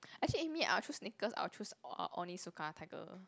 actually eh me I'll choose sneakers I will choose o~ Onitsuka Tiger